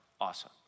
Awesome